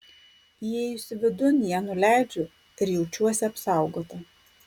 įėjusi vidun ją nuleidžiu ir jaučiuosi apsaugota